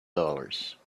dollars